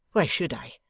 why should i?